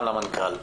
גם למנכ"ל,